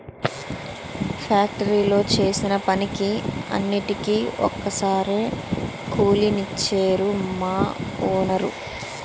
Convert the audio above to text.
ఫ్యాక్టరీలో చేసిన పనికి అన్నిటికీ ఒక్కసారే కూలి నిచ్చేరు మా వోనరు